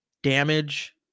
Damage